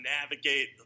navigate